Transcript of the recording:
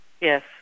Yes